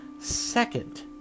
Second